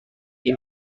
این